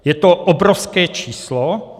Je to obrovské číslo.